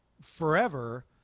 forever